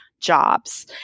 jobs